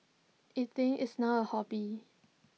eating is now A hobby